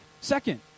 Second